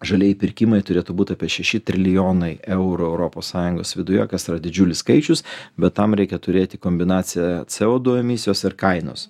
žalieji pirkimai turėtų būt apie šeši trilijonai eurų europos sąjungos viduje kas yra didžiulis skaičius bet tam reikia turėti kombinaciją co du emisijos ir kainos